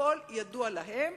הכול ידוע להם,